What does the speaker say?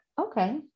okay